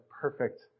perfect